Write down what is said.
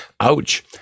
Ouch